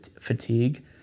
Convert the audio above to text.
fatigue